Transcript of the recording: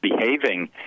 behaving